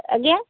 ଆଜ୍ଞା